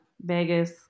Vegas